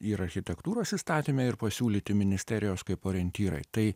ir architektūros įstatyme ir pasiūlyti ministerijos kaip orientyrai tai